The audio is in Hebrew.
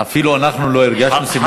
אפילו אנחנו לא הרגשנו.